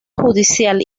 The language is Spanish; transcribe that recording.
judicial